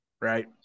right